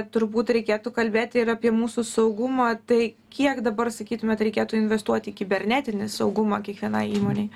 turbūt reikėtų kalbėt ir apie mūsų saugumą tai kiek dabar sakytumėt reikėtų investuot į kibernetinį saugumą kiekvienai įmonei